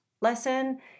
lesson